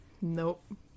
nope